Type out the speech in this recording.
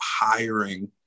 hiring